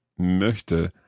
möchte